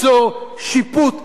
בלי ליצור שיפוט ציבורי,